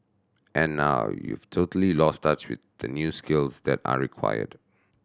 and now you've totally lost touch with the new skills that are required